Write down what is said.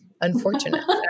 unfortunate